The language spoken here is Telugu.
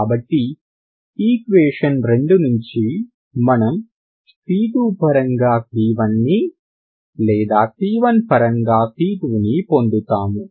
కాబట్టి ఈక్వేషన్ 2 నుంచి మనం c2 పరంగా c1 ని లేదా c1 పరంగా c2 ని పొందుతాము